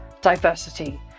diversity